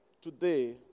today